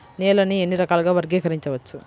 నేలని ఎన్ని రకాలుగా వర్గీకరించవచ్చు?